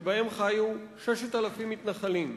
שבהן חיו 6,000 מתנחלים.